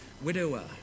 widower